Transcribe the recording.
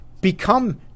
become